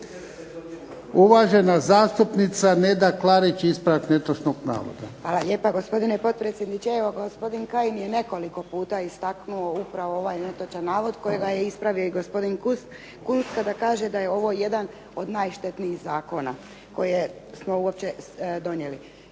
Uvažena zastupnica Neda Klarić, ispravak netočnog navoda. **Klarić, Nedjeljka (HDZ)** Hvala lijepa gospodine potpredsjedniče. Evo gospodin Kajin je nekoliko puta istaknuo upravo ovaj netočan navod kojega je ispravio i gospodin Kunst kada kaže da je ovo jedan od najštetnijih zakona koje smo uopće donijeli.